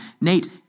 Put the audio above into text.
Nate